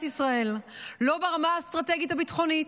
ישראל לא ברמה האסטרטגית הביטחונית,